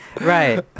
Right